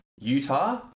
Utah